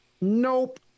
Nope